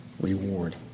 reward